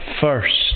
first